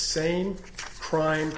same crime